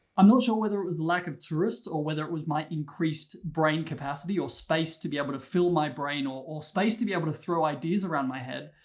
i'm not sure whether it was the lack of tourists or whether it was my increased brain capacity, or space to be able to fill my brain, or or space to be able to throw ideas around my head,